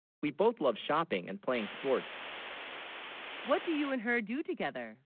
we both love shopping and playing sports what do you and her do together?